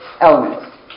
elements